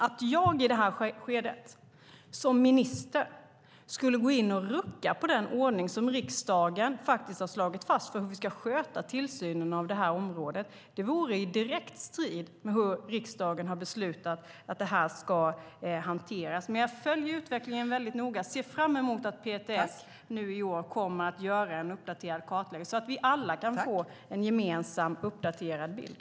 Att jag i det här skedet som minister skulle gå in och rucka på den ordning som riksdagen har slagit fast för hur tillsynen av området ska skötas vore i direkt strid mot hur riksdagen har beslutat hur det ska hanteras. Jag följer utvecklingen noga och ser fram emot att PTS i år kommer att göra en uppdaterad kartläggning så att vi alla kan få en gemensam uppdaterad bild.